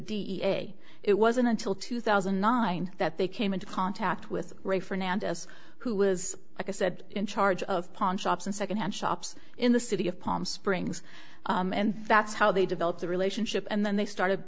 a it wasn't until two thousand and nine that they came into contact with ray fernandez who was i said in charge of pawn shops and second hand shops in the city of palm springs and that's how they developed the relationship and then they started